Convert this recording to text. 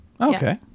Okay